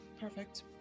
perfect